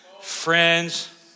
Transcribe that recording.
Friends